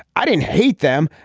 i didn't hate them.